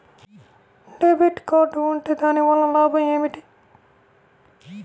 Debit card ఉంటే దాని వలన లాభం ఏమిటీ?